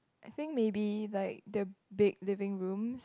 I think maybe like the big living room